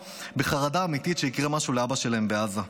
בחרדה אמיתית שיקרה משהו לאבא שלהם בעזה,